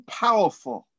powerful